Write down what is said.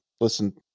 listen